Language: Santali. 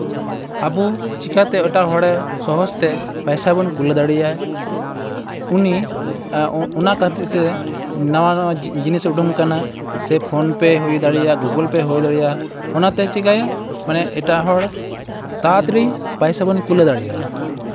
ᱟᱵᱚ ᱪᱤᱠᱟᱹᱛᱮ ᱮᱴᱟᱜ ᱦᱚᱲᱮ ᱥᱚᱦᱚᱡᱽ ᱛᱮ ᱯᱚᱭᱥᱟ ᱵᱚᱱ ᱠᱩᱞ ᱫᱟᱲᱮᱭᱟᱭ ᱩᱱᱤ ᱚᱱᱟ ᱠᱷᱟᱹᱛᱤᱨ ᱛᱮ ᱱᱟᱣᱟ ᱱᱟᱣᱟ ᱡᱤᱱᱤᱥ ᱩᱰᱩᱠ ᱟᱠᱟᱱᱟ ᱥᱮ ᱯᱷᱳᱱ ᱯᱮ ᱦᱩᱭ ᱫᱟᱲᱮᱭᱟᱜᱼᱟ ᱜᱩᱜᱳᱞ ᱯᱮ ᱦᱩᱭ ᱫᱟᱲᱮᱭᱟᱜᱼᱟ ᱚᱱᱟᱛᱮᱭ ᱪᱤᱠᱟᱹᱭᱟ ᱢᱟᱱᱮ ᱮᱴᱟᱜ ᱦᱚᱲ ᱛᱟᱲᱟᱛᱟᱲᱤ ᱯᱚᱭᱥᱟ ᱵᱚᱱ ᱠᱩᱞ ᱫᱟᱲᱮᱭᱟᱭᱟ